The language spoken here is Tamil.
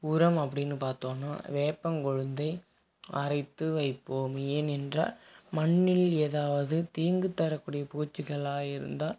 உரம் அப்படின்னு பார்த்தோம்னா வேப்பங்கொழுந்தை அரைத்து வைப்போம் ஏன் என்றால் மண்ணில் ஏதாவது தீங்கு தரக்கூடிய பூச்சிகளாக இருந்தால்